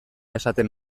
esaten